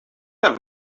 have